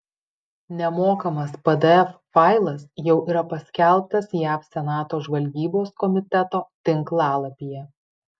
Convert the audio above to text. nemokamas pdf failas jau yra paskelbtas jav senato žvalgybos komiteto tinklalapyje